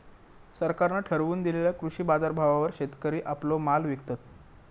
सरकारान ठरवून दिलेल्या कृषी बाजारभावावर शेतकरी आपलो माल विकतत